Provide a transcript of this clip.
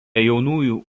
jaunųjų